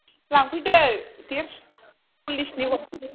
लांफैदो साल्लिसनि हरगोन